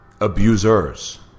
abusers